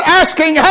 asking